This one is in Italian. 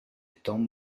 tom